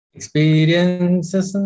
Experiences